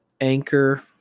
Anchor